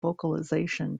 vocalization